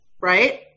right